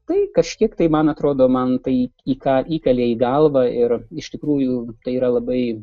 tai kažkiek tai man atrodo man tai į ką įkalė į galvą ir iš tikrųjų tai yra labai